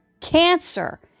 cancer